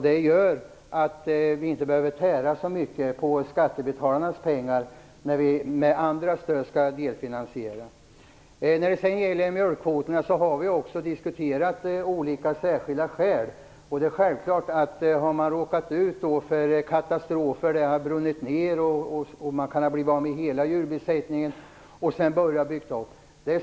Det gör att vi inte behöver tära så mycket på skattebetalarnas pengar när vi med andra stöd skall delfinansiera. När det sedan gäller mjölkkvoterna har vi diskuterat olika särskilda skäl. Det är självklart att en bonde kan ha råkat ut för katastrofer - byggnader kan ha brunnit ner, och man kan ha blivit av med hela djurbesättningen och därefter börjat bygga upp den.